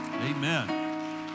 Amen